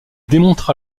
démontre